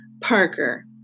Parker